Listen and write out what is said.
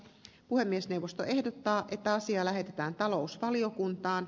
puhemiesneuvosto ehdottaa että asia lähetetään talousvaliokuntaan